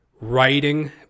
writing